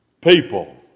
people